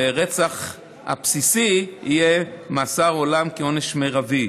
והרצח הבסיסי יהיה מאסר עולם כעונש מרבי.